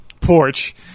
porch